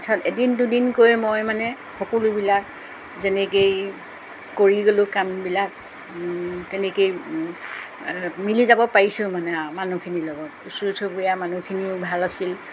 পিছত এদিন দুদিনকৈ মই মানে সকলোবিলাক যেনেকেই কৰি গ'লো কামবিলাক তেনেকেই মিলি যাব পাৰিছোঁ মানে আৰু মানুহখিনিৰ লগত ওচৰ চুবুৰীয়া মানুহখিনিও ভাল আছিল